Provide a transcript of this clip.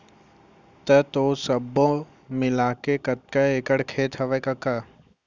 त तोर सब्बो मिलाके कतका एकड़ खेत हवय कका?